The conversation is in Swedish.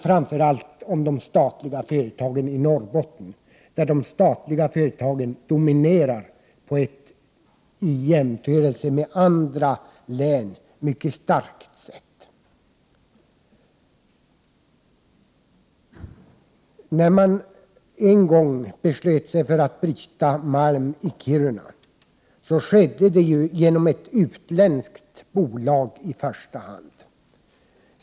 Framför allt gäller det de statliga företagen i Norrbotten, där de statliga företagen dominerar på ett i jämförelse med andra län mycket starkt sätt. När man en gång beslutat sig för att bryta malm i Kiruna var det i första hand ett utländskt bolag som påbörjade denna verksamhet.